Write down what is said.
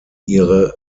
ihre